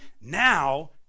now